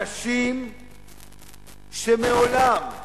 אנשים שמעולם,